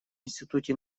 институте